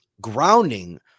grounding